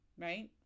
right